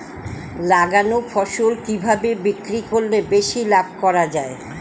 লাগানো ফসল কিভাবে বিক্রি করলে বেশি লাভ করা যায়?